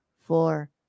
four